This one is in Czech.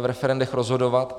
v referendech rozhodovat.